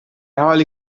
حالی